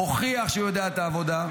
הוכיח שהוא יודע את העבודה.